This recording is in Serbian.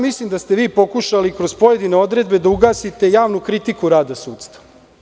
Mislim da ste pokušali kroz pojedine odredbe da ugasite javnu kritiku rada sudstva.